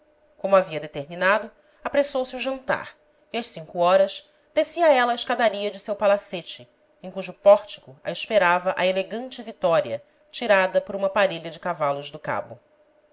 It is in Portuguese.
como havia determinado apressou-se o jantar e às cinco horas descia ela a escadaria de seu palacete em cujo pórtico a esperava a elegante vitória tirada por uma parelha de cavalos do cabo